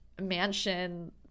mansion